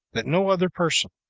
that no other person,